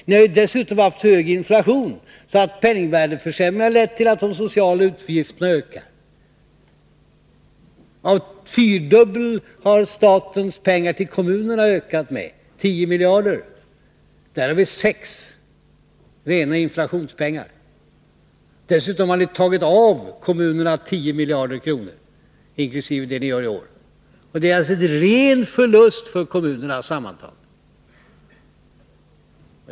Ni har dessutom haft så hög inflation att penningvärdeförsämringen har lett till att de sociala utgifterna har ökat. Fyrdubbelt har statens pengar till kommunerna ökat — 10 miljarder. Där är 6 miljarder rena inflationspengar. Dessutom har ni tagit av kommunerna 10 miljarder kronor, inkl. det ni gör i år. Det är alltså en ren förlust för kommunerna sammantaget.